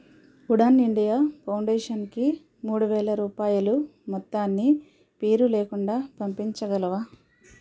Udaan India foundation కి మూడు వేల రూపాయలు మొత్తాన్ని పేరు లేకుండా పంపించగలవా